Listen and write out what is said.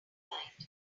blind